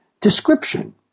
description